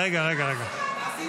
רגע, רגע.